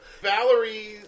Valerie